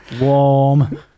warm